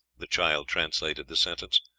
the child translated the sentence.